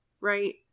right